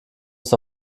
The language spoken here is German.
ist